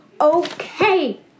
okay